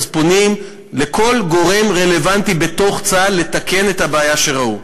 אז פונים לכל גורם רלוונטי בתוך צה"ל לתקן את הבעיה שראו.